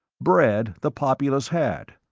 bread the populace had.